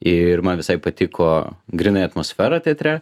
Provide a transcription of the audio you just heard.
ir man visai patiko grynai atmosfera teatre